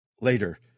Later